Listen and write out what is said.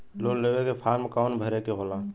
Loan लेवे के form कौन भरे के होला?